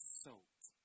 soaked